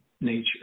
nature